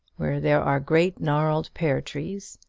where there are great gnarled pear-trees,